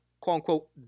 quote-unquote